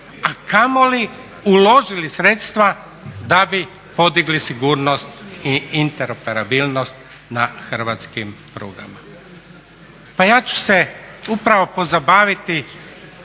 a kamoli uložili sredstva da bi podigli sigurnost i interoperabilnost na hrvatskim prugama. Pa ja ću se upravo pozabaviti